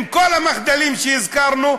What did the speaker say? עם כל המחדלים שהזכרנו,